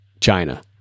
China